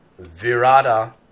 Virada